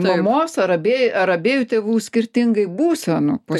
mamos ar abiej ar abiejų tėvų skirtingai būsenų po